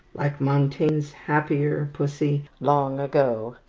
like montaigne's happier pussy long ago,